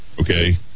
okay